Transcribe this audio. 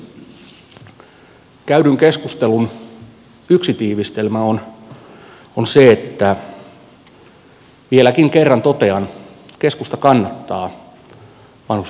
käydyn keskustelun yksi tiivistelmä on se vielä kerran totean että keskusta kannattaa vanhuspalvelulain säätämistä